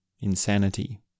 insanity